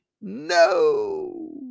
No